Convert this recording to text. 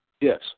Yes